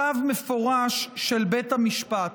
צו מפורש של בית המשפט.